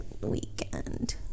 weekend